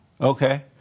Okay